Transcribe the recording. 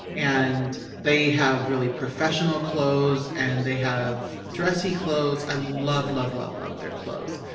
and they have really professional clothes and they have dressy clothes. i love, love, love, love their clothes.